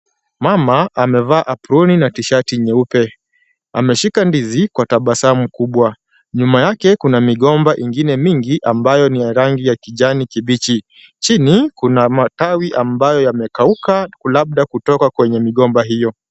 Mama amevaa aproni na tshati nyeupe. Ameshika ndizi kwa tabasamu kubwa. Nyuma yake kuna migomba ingine mingi ambayo ni ya rangi ya kijani kibichi. Chini kuna matawi ambayo yamekauka labda kutoka kwenye migomba hiyo.